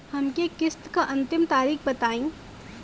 हमरे किस्त क अंतिम तारीख बताईं?